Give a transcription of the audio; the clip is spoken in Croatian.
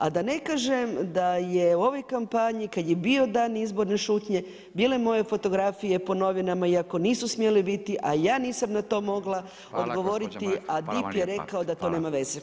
A da ne kažem da je u ovoj kampanji kad je bio dan izborne šutnje bile moje fotografije po novinama iako nisu smjele biti, a ja nisam na to mogla odgovoriti [[Upadica Radin: Gospođo Mrak hvala vam lijepa.]] a DIP je rekao da to nema veze.